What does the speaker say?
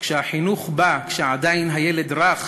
כשהחינוך בא כשעדיין הילד רך,